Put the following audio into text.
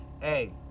Hey